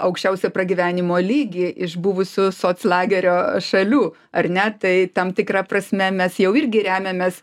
aukščiausią pragyvenimo lygį iš buvusių soclagerio šalių ar ne tai tam tikra prasme mes jau irgi remiamės